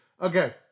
Okay